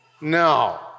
No